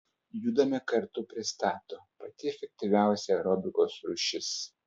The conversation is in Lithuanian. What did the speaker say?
judame kartu pristato pati efektyviausia aerobikos rūšis